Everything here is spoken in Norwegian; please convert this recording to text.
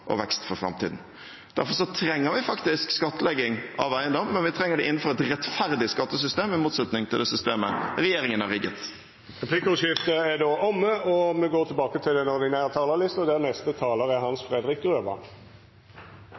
og vekst for framtiden. Derfor trenger vi faktisk skattlegging av eiendom, men vi trenger det innenfor et rettferdig skattesystem, i motsetning til det systemet regjeringen har rigget. Replikkordskiftet er omme. Et bærekraftig velferdssamfunn er avhengig av at vi makter å omstille norsk økonomi, skape vekst og